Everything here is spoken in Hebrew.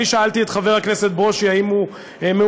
אני שאלתי את חבר הכנסת ברושי אם הוא מעוניין